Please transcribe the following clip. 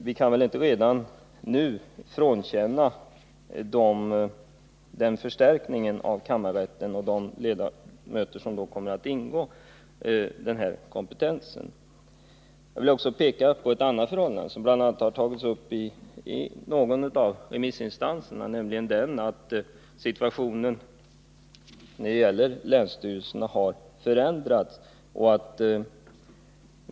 Vi kan väl inte redan nu underkänna den kompetens i detta avseende som de ledamöter av kammarrätterna vilka nu föreslås förstärka dessa kommer att ha. Jag vill också peka på ett annat förhållande som tagits upp bl.a. av en av remissinstanserna, nämligen att länsstyrelsernas situation har förändrats.